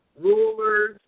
rulers